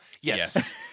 Yes